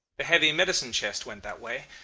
the heavy medicine-chest went that way,